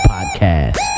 Podcast